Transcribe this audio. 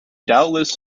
doubtless